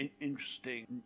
interesting